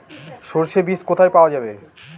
সর্ষে বিজ কোথায় পাওয়া যাবে?